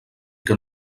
que